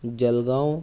Jalgaon